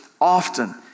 often